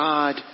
God